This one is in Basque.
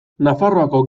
nafarroako